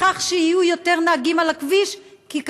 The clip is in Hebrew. בכך שיהיו יותר נהגים על הכבישים.